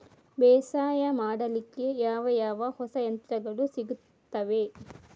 ಬೇಸಾಯ ಮಾಡಲಿಕ್ಕೆ ಯಾವ ಯಾವ ಹೊಸ ಯಂತ್ರಗಳು ಸಿಗುತ್ತವೆ?